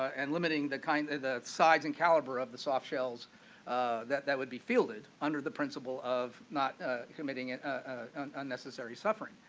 and limiting the kind of the size and caliber of the soft shells that that would be fielded under the principal of not committing and ah unnecessary suffering.